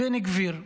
בן גביר.